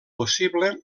possible